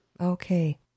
Okay